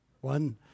One